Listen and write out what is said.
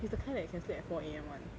he's the kind that can sleep at four A_M [one]